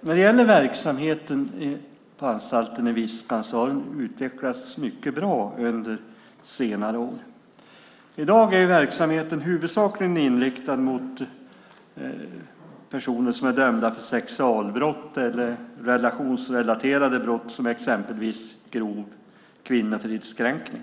Verksamheten vid anstalten i Viskan har utvecklats bra under senare tid. I dag är verksamheten huvudsakligen inriktad mot personer som är dömda för sexualbrott eller relationsrelaterade brott, exempelvis grov kvinnofridskränkning.